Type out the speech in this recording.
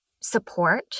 support